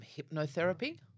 hypnotherapy